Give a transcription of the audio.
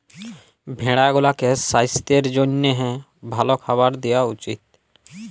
ভেড়া গুলাকে সাস্থের জ্যনহে ভাল খাবার দিঁয়া উচিত